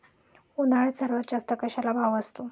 उन्हाळ्यात सर्वात जास्त कशाला भाव असतो?